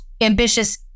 ambitious